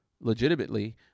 legitimately